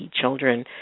children